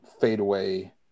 fadeaway